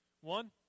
One